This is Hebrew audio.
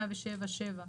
107(7),